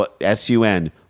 S-U-N